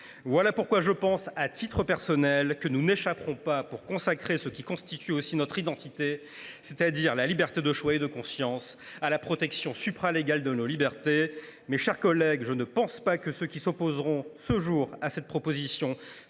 Voilà pourquoi je pense, à titre personnel, que nous n’échapperons pas, pour consacrer ce qui constitue aussi notre identité, c’est à dire la liberté de choix et de conscience, à la protection supralégale de nos libertés. Mes chers collègues, je ne crois pas que ceux qui s’opposeront ce jour à cette proposition